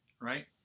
right